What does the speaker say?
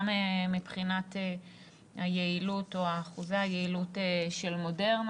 גם מבחינת היעילות או אחוזי היעלות של מודרנה,